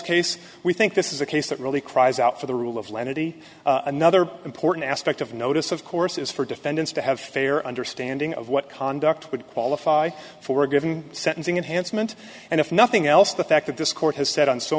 case we think this is a case that really cries out for the rule of lenity another important aspect of notice of course is for defendants to have fair understanding of what conduct would qualify for a given sentencing enhanced meant and if nothing else the fact that this court has said on so